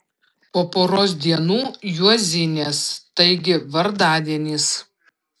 po poros dienų juozinės taigi vardadienis